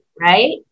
right